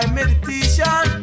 meditation